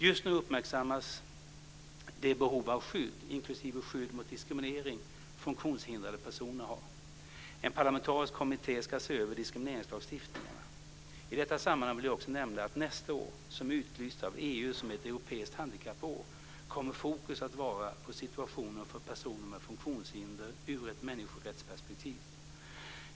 Just nu uppmärksammas det behov av skydd inklusive skydd mot diskriminering som funktionshindrade personer har. En parlamentarisk kommitté, dir. I detta sammanhang vill jag också nämna att nästa år, som utlysts av EU som ett europeiskt handikappår, kommer fokus att vara på situationen för personer med funktionshinder ur ett människorättsperspektiv.